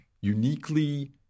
uniquely